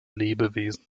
lebewesen